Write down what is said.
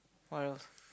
what else